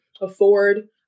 afford